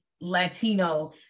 Latino